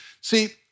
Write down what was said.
See